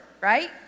right